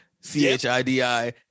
C-H-I-D-I